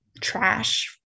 trash